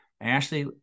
Ashley